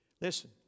Listen